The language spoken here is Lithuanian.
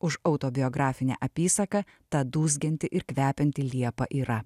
už autobiografinę apysaką ta dūzgianti ir kvepianti liepa yra